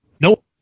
Nope